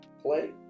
Play